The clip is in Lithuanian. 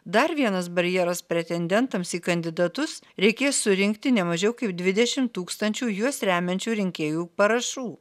dar vienas barjeras pretendentams į kandidatus reikės surinkti ne mažiau kaip dvidešimt tūkstančių juos remiančių rinkėjų parašų